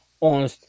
on